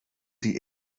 die